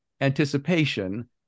anticipation